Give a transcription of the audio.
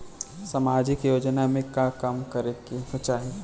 सामाजिक योजना में का काम करे के चाही?